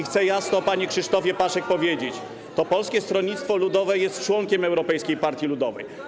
Chcę jasno, panie Krzysztofie Paszyk, powiedzieć: to Polskie Stronnictwo Ludowe jest członkiem Europejskiej Partii Ludowej.